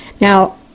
Now